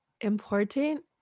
important